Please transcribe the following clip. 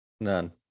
None